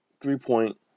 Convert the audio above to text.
three-point